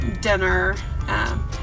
dinner